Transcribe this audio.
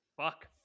Fuck